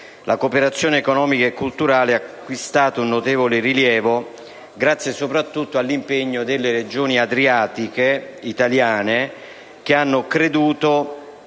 la cooperazione economica e culturale ha acquistato un notevole rilievo, grazie soprattutto all'impegno delle Regioni adriatiche italiane, che hanno creduto